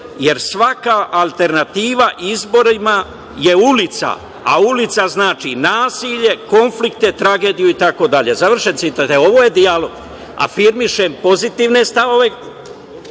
jer svaka alternativa na izborima je ulica, a ulica znači nasilje, konflikte, tragediju i tako dalje“, završen citat.E, ovo je dijalog. Afirmišem pozitivne stavove,